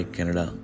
Canada